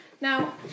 Now